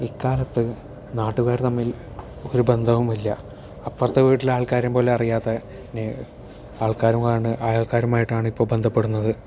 ഇക്കാലത്ത് നാട്ടുകാർ തമ്മിൽ ഒരു ബന്ധവും ഇല്ല അപ്പുറത്തെ വീട്ടിലെ ആൾക്കാരെ പോലും അറിയാത്ത ആൾക്കാരുമാണ് അയൽക്കാരുമായിട്ടാണ് ഇപ്പോൾ ബന്ധപ്പെടുന്നത്